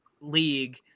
league